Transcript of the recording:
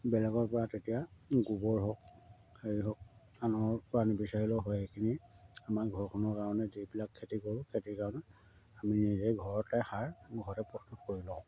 বেলেগৰ পৰা তেতিয়া গোবৰ হওক হেৰি হওক আনৰ পৰা নিবিচাৰিলোঁ হয় সেইখিনি আমাৰ ঘৰখনৰ কাৰণে যিবিলাক খেতি কৰোঁ খেতিৰ কাৰণে আমি নিজে ঘৰতে সাৰ ঘৰতে প্ৰস্তুত কৰি লওঁ